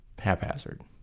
haphazard